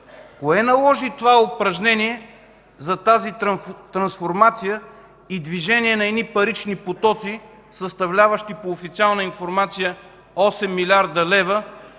кое наложи упражнението за тази трансформация и движение на едни парични потоци, съставляващи, по официална информация, 8 млрд. лв.